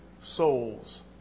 souls